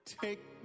Take